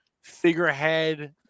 figurehead